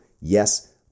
yes